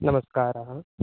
नमस्कारः